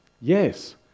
Yes